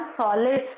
solid